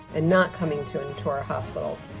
and not coming to and to our hospitals,